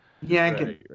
Yanking